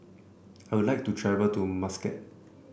I would like to travel to Muscat